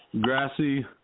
grassy